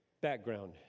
Background